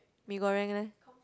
Mee-Goreng leh